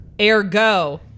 Ergo